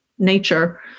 nature